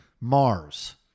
Mars